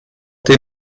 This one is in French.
tes